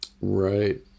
Right